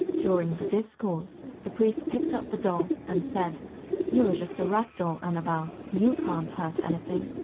during the discourse, the priest picked up the doll and said you are just a rag doll, annabelle. you can't hurt anything.